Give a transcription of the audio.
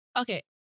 Okay